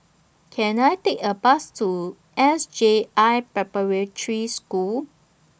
Can I Take A Bus to S J I Preparatory School